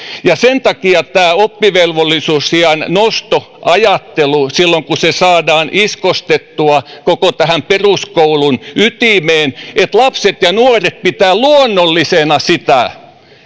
sen takia tällä oppivelvollisuusiän nostoajattelulla silloin kun se saadaan iskostettua koko tähän peruskoulun ytimeen että lapset ja nuoret pitävät luonnollisena sitä